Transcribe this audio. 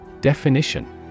Definition